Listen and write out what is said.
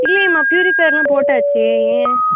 இல்லையேம்மா ப்யூரிஃபையர்லாம் போட்டாச்சே ஏன்